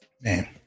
Man